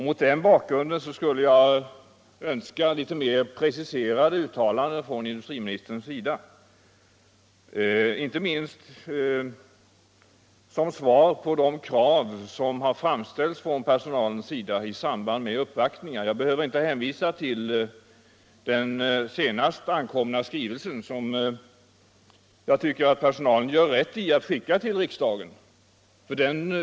Mot den bakgrunden skulle jag önska litet mer preciserade uttalanden av industriministern, inte minst som svar på de krav som har framställts från personalens sida i samband med uppvaktningar. Jag hänvisar till den senast framkomna skrivelsen, som jag tycker att personalen gjort rätt i att skicka till riksdagen.